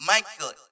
Michael